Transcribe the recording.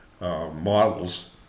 Models